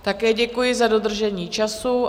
Také děkuji za dodržení času.